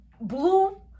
blue